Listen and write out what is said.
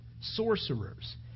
sorcerers